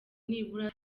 nibura